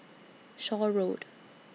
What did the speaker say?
Shaw Road